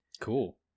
Cool